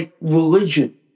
religion